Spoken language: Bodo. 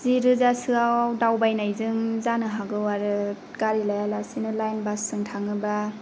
जिरोजासोआव दावबायनायजों जानो हागौ आरो गारि लायालासिनो लाइन बासजों थाङोब्ला